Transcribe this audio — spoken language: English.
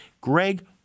Greg